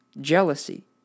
jealousy